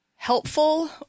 helpful